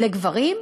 לגברים,